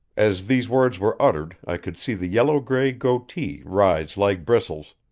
as these words were uttered i could see the yellow-gray goatee rise like bristles,